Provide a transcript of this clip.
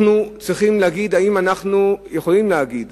אנחנו צריכים להגיד, האם אנחנו יכולים להגיד